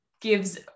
gives